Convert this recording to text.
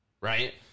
Right